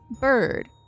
bird